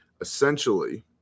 Essentially